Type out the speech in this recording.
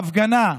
בהפגנה: